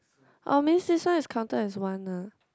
orh means this one is counted as one ah